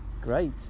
great